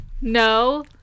no